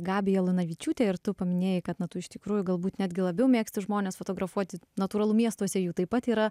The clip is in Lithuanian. gabija lunevičiūte ir tu paminėjai kad na tu iš tikrųjų galbūt netgi labiau mėgsti žmones fotografuoti natūralu miestuose jų taip pat yra